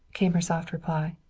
came her soft reply.